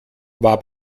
war